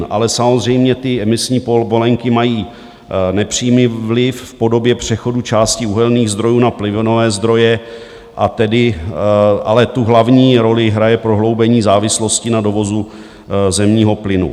Ale samozřejmě ty emisní povolenky mají nepřímý vliv v podobě přechodu části uhelných zdrojů na plynové zdroje, ale tu hlavní roli hraje prohloubení závislosti na dovozu zemního plynu.